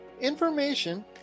information